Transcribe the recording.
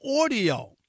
audio